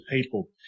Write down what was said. people